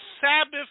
Sabbath